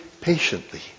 patiently